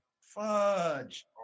Fudge